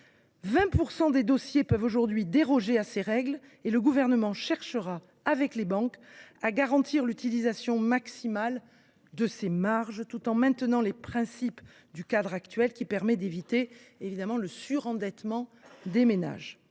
20 % des dossiers peuvent déroger à ces règles, et le Gouvernement cherchera avec les banques à garantir l’utilisation maximale de ces marges, tout en maintenant les principes du cadre actuel, qui permet d’éviter le surendettement des ménages.